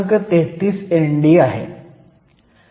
33 ND आहे